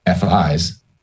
FIs